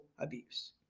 abuse